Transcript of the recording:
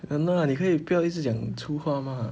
!hanna! 你可以不要一直讲粗话吗